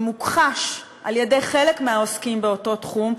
ומוכחש על-ידי חלק מהעוסקים באותו תחום,